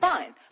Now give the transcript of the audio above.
Fine